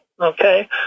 okay